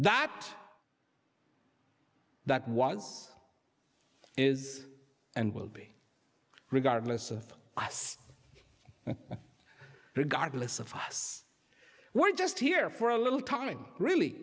that that was is and will be regardless of us regardless of us we're just here for a little time really